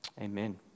Amen